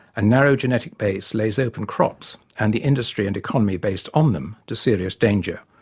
a narrow genetic base lays open crops and the industry and economy based on them to serious danger.